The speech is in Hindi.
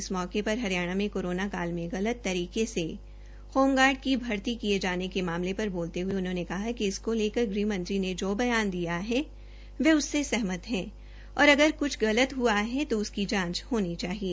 इस मौके पर हरियाणा में कोरोना काल में गलत तरीके से होम गार्र्ड की भर्ती किय जाने के मामले पर उन्होंने कहा कि इसको लेकर गृहमंत्री ने जो बयान दिया है वे उससे सहमत है और अगर कुछ गलत है तो उसकी जांच होनी चाहिए